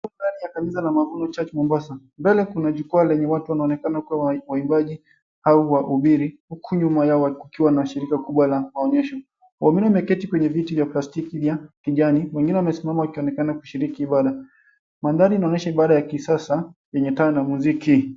Ndani ya kanisa la 'Mavuno Church Mombasa'. Mbele kuna jukwaa lenye watu wanaonekana kua waimbaji au wahubiri huku nyuma yao kukiwa na shirika kubwa la maonyesho. Waumini wameketi kwenye viti vya plastiki vya kijani wengine wamesimama wakionekana kushiriki ibada. Mandhari inaonyesha ibada ya kisasa yenye taa na muziki.